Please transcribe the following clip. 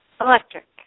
Electric